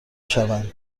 شوند